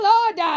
Lord